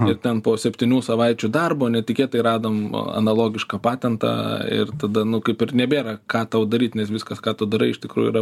ir ten po septynių savaičių darbo netikėtai radom analogišką patentą ir tada nu kaip ir nebėra ką tau daryt nes viskas ką tu darai iš tikrųjų yra